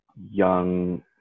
young